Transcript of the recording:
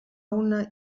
una